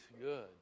good